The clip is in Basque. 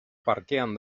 parkean